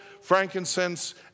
frankincense